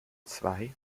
zwei